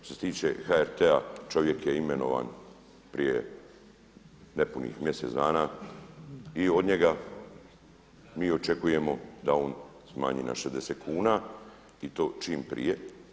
Što se tiče HRT-a čovjek je imenovan prije nepunih mjesec dana i od njega mi očekujemo da on smanji na 60 kuna i to čim prije.